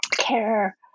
Care